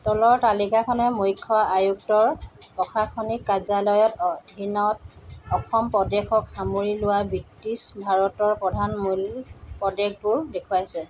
তলৰ তালিকাখনে মুখ্য আয়ুক্তৰ প্ৰশাসনিক কাৰ্যালয়ৰ অধীনত অসম প্ৰদেশক সামৰি লোৱা ব্ৰিটিছ ভাৰতৰ প্ৰধান মূল প্ৰদেশবোৰ দেখুৱাইছে